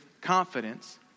confidence